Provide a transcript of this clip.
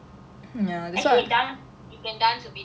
actually dance you can dance a bit right